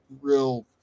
real